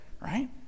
Right